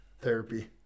therapy